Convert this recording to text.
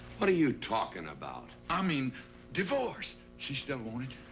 what are you talking about? i mean divorce! she still want it?